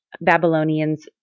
Babylonians